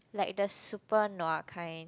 like the super nua kind